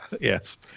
Yes